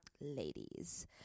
ladies